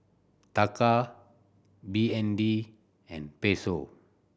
Taka B N D and Peso